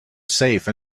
safe